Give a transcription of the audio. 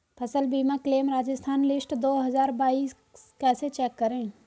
फसल बीमा claim Rajasthan list दो हज़ार बाईस कैसे चेक करें?